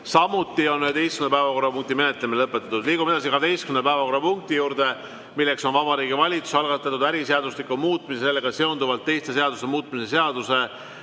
Samuti on 11. päevakorrapunkti menetlemine lõpetatud. Liigume edasi 12. päevakorrapunkti juurde. See on Vabariigi Valitsuse algatatud äriseadustiku muutmise ja sellega seonduvalt teiste seaduste muutmise seaduse